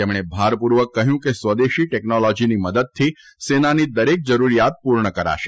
તેમણે ભારપૂર્વક કહ્યું કે સ્વદેશી ટેકનોલોજીની મદદથી સેનાની દરેક જરૂરિયાત પૂર્ણ કરાશે